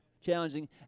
challenging